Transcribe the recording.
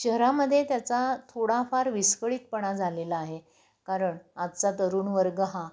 शहरामध्ये त्याचा थोडाफार विस्कळीतपणा झालेला आहे कारण आजचा तरुणवर्ग हा